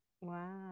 Wow